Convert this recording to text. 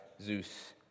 Zeus